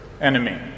enemy